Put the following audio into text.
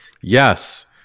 Yes